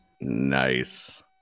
nice